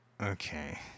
Okay